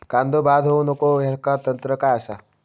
कांदो बाद होऊक नको ह्याका तंत्र काय असा?